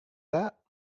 that